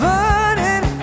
Burning